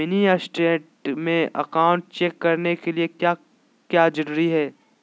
Mini state में account check करने के लिए क्या क्या जरूरी है?